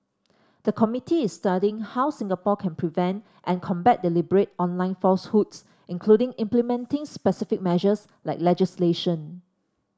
the committee is studying how Singapore can prevent and combat deliberate online falsehoods including implementing specific measures like legislation